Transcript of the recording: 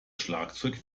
schlagzeug